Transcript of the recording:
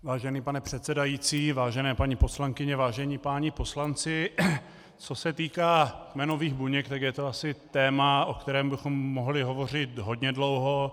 Vážený pane předsedající, vážené paní poslankyně, vážení páni poslanci, co se týká kmenových buněk, tak je to asi téma, o kterém bychom mohli hovořit hodně dlouho.